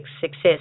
success